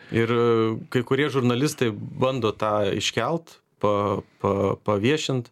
ir kai kurie žurnalistai bando tą iškelt pa pa paviešint